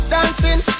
Dancing